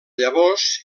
llavors